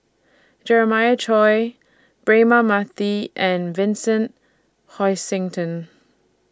Jeremiah Choy Braema Mathi and Vincent Hoisington